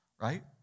Right